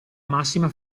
massima